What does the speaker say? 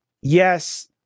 yes